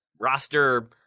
roster